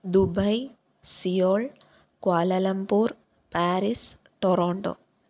Dubai Seoul Kuala Lumpur Paris Toronto